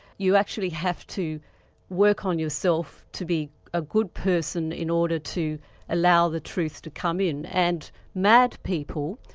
you actually have to work on yourself to be a good person in order to allow the truth to come in, and mad people,